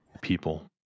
people